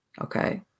okay